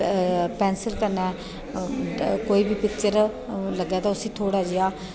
pencil कन्नै कोई बी पिक्चर लग्गे उसी थोह्ड़ा जेहा